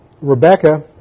Rebecca